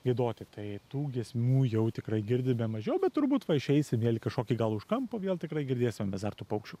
giedoti tai tų giesmių jau tikrai girdime mažiau bet turbūt va išeisim vėl į kažkokį gal už kampo vėl tikrai girdėsime mes dar tų paukščių